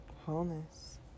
wholeness